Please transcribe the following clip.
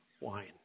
wine